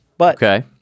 Okay